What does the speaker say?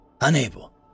unable